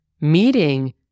meeting